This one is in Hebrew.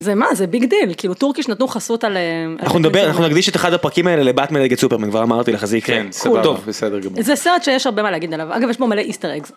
- זה מה? זה ביג דיל כאילו טורקיש נתנו חסות עליהם - אנחנו נדבר, אנחנו נקדיש את אחד הפרקים האלה לבאטמן נגד סופרמן, כבר אמרתי לך, זה יקרה זה סרט שיש הרבה מה להגיד עליו, אגב יש בו מלא איסטר אגס.